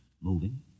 moving